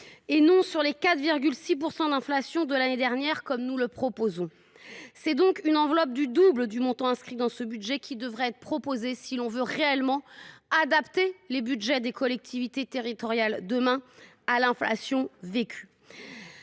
et non sur le taux d’inflation de 4,6 % de l’année dernière, comme nous le proposons. C’est donc une enveloppe du double du montant inscrit dans ce projet de budget qui devrait être proposée, si l’on veut réellement adapter le budget des collectivités territoriales à l’inflation